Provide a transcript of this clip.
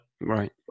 Right